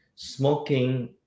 Smoking